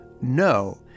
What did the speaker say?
No